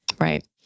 Right